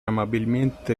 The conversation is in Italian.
amabilmente